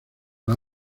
las